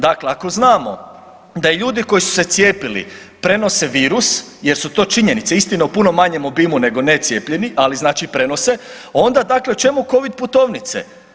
Dakle, ako znamo da i ljudi koji su se cijepili prenose virus jer su to činjenice istina u puno manjem obimu nego necijepljeni, ali znači prenose onda dakle čemu Covid putovnice.